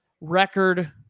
record